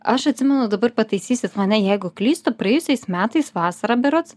aš atsimenu dabar pataisysit mane jeigu klystu praėjusiais metais vasarą berods